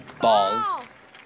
Balls